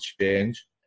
change